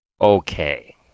okay